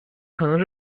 可能